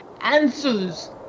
answers